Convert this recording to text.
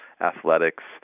athletics